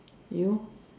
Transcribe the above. you